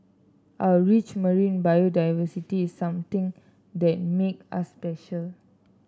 our rich marine biodiversity is something that makes us special